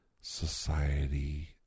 society